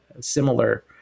similar